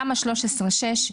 תמ"א 6/13,